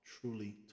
Truly